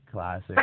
Classic